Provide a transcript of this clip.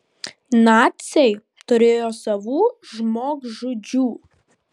naciai turėjo savų žmogžudžių